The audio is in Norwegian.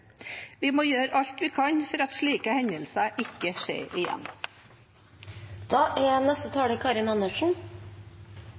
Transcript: Vi må gjøre alt vi kan for at slike hendelser ikke skjer